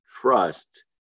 trust